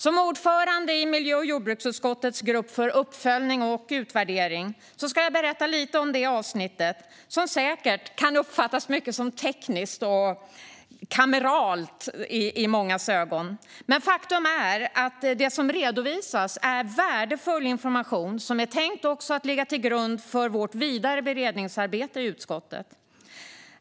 Som ordförande i miljö och jordbruksutskottets grupp för uppföljning och utvärdering ska jag berätta lite om detta avsnitt, som säkert kan uppfattas som mycket tekniskt och kameralt. Men faktum är att det som redovisas är värdefull information som är tänkt att ligga till grund för vårt vidare beredningsarbete i utskottet.